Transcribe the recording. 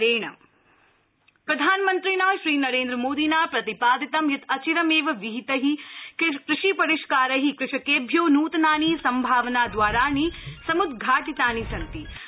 मन की बात प्रधानमन्त्रिणा श्री नरेन्द्रमोदिना प्रतिपादितं यत् अचिरमेव विहितै कृषिपरिष्कारै कृषकेभ्यो नूतनानि सम्भावना द्वाराणि समुद्घाटितनि सन्ति इति